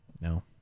No